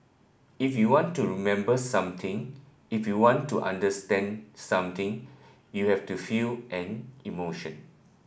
if you want to remember something if you want to understand something you have to feel an emotion